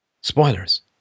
Spoilers